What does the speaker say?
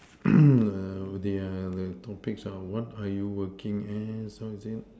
they are very topics are what are you working as what is it